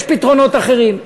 יש פתרונות אחרים.